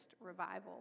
revival